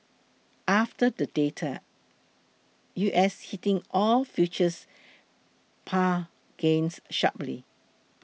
after the data U S heating oil futures pare gains sharply